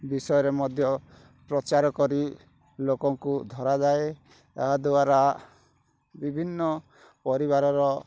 ବିଷୟରେ ମଧ୍ୟ ପ୍ରଚାର କରି ଲୋକଙ୍କୁ ଧରାଯାଏ ଏହା ଦ୍ୱାରା ବିଭିନ୍ନ ପରିବାରର